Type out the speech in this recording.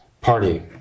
party